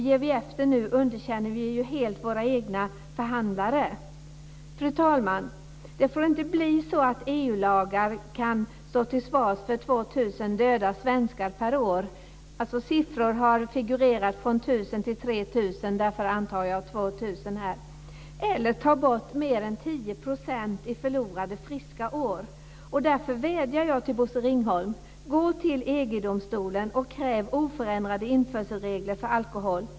Ger vi efter nu underkänner vi ju helt våra egna förhandlare. Fru talman! Det får inte bli så att EU-lagar får leda till 2 000 svenska dödsfall per år - det har figurerat siffror om mellan 1 000 och 3 000, men jag utgår här från antalet 2 000 - eller till en mer än 10 procentig förlust av friska år. Därför vädjar jag till Bosse Ringholm: Gå till EG-domstolen och kräv oförändrade införselregler för alkohol!